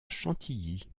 chantilly